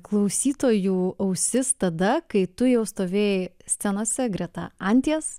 klausytojų ausis tada kai tu jau stovėjai scenose greta anties